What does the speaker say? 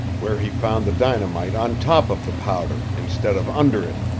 where he found the dynamite on top of the powder instead of under it.